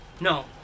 no